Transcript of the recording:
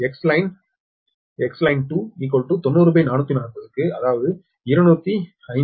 இதேபோல் Xline Xline 290440க்கு அதாவது 205 p